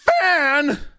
fan